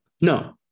No